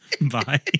Bye